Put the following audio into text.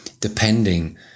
depending